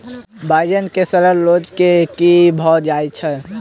बइगन मे सड़न रोग केँ कीए भऽ जाय छै?